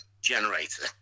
generator